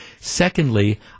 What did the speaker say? Secondly